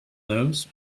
those